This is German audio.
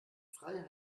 frei